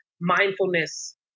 mindfulness